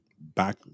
back